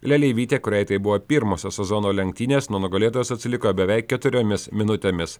leleivytė kuriai tai buvo pirmosios sezono lenktynės nuo nugalėtojos atsiliko beveik keturiomis minutėmis